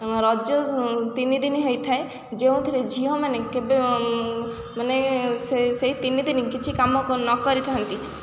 ରଜ ତିନି ଦିନି ହେଇଥାଏ ଯେଉଁଥିରେ ଝିଅମାନେ କେବେ ମାନେ ସେ ସେଇ ତିନି ଦିନି କିଛି କାମ ନ କରିଥାନ୍ତି